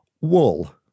wool